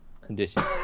conditions